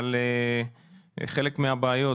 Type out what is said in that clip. אבל חלק מהבעיות,